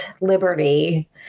Liberty